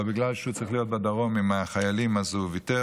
אבל בגלל שהוא צריך להיות בדרום עם החיילים הוא ויתר,